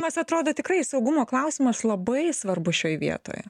nes atrodo tikrai saugumo klausimas labai svarbus šioj vietoje